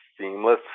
seamless